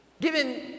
Given